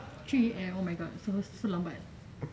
three A_M oh my god so so lambat